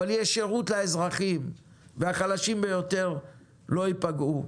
אבל יהיה שירות לאזרחים, והחלשים ביותר לא ייפגעו.